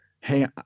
Hey